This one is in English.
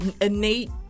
innate